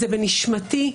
זה בנשמתי.